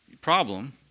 problem